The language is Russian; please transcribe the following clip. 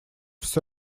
всё